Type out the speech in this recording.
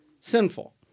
sinful